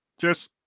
Cheers